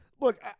Look